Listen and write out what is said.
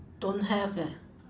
don't have leh